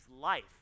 life